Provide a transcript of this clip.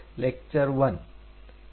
W6 L1